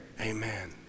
Amen